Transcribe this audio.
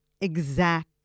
Exact